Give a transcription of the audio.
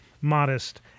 modest